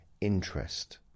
interest